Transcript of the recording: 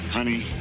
Honey